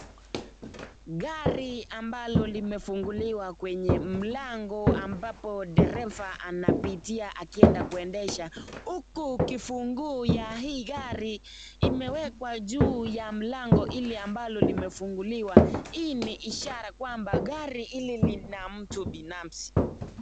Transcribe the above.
Gari ambalo limefunguliwa kwenye mlango ambapo dereva anapitia akienda kuendesha. Huku kufunguu ya hii gari imewekwa juu ya mlango hili ambalo limefunguliwa. Hii ni ishara kwamba gari hili lina mtu binafsi.